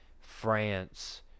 france